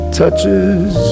touches